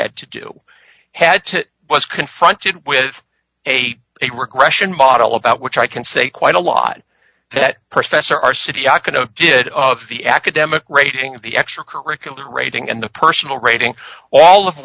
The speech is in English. had to do had to was confronted with a regression model about which i can say quite a lot that professor our city icono did all of the academic rating of the extracurricular rating and the personal rating all of